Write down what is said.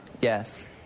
Yes